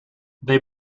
they